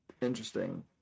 Interesting